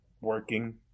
working